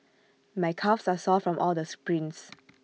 my calves are sore from all the sprints